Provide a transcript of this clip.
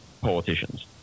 politicians